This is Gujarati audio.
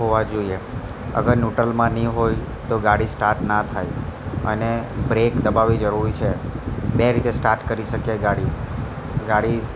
હોવા જોઈએ અગર ન્યુટ્રલમાં નહીં હોય તો ગાડી સ્ટાર્ટ ન થાય અને બ્રેક દબાવવી જરૂરી છે બે રીતે સ્ટાર્ટ કરી શકીએ ગાડી ગાડી